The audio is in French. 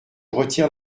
retire